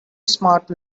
smart